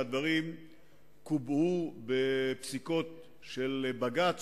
חלק מהדברים קובעו בפסיקות של בג"ץ